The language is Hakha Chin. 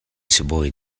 sibawi